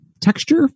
texture